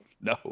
No